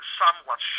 somewhat